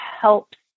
helps